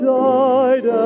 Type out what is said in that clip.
died